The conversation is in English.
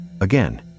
Again